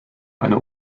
eine